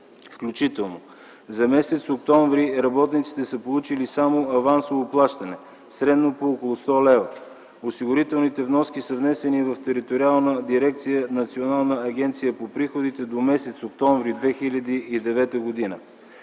включително. За м. октомври работниците са получили само авансово плащане – средно по около 100 лв. Осигурителните вноски са внесени в Териториална дирекция „Национална агенция по приходите” до м. октомври 2009 г.